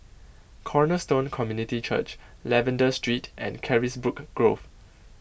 Cornerstone Community Church Lavender Street and Carisbrooke Grove